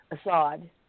Assad